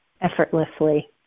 effortlessly